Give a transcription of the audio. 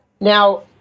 Now